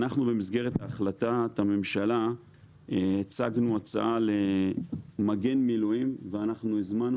אנחנו במסגרת החלטת הממשלה הצגנו הצעה למגן מילואים ואנחנו הזמנו